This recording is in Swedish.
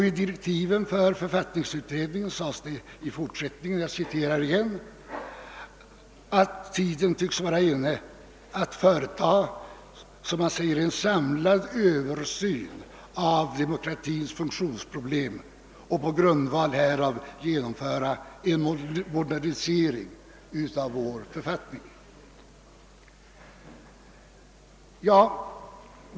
I direktiven för författningsutredningen framhölls i fortsättningen, att tiden tycks vara inne »att företaga en samlad översyn av demokratins funktionsproblem och på grundval härav genomföra en modernisering av vår författning».